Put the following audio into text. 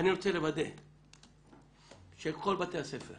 אני רוצה לוודא שכל בתי הספר